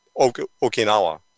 Okinawa